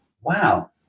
wow